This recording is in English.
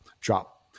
drop